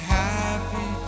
happy